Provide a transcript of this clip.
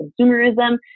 consumerism